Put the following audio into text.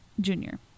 Junior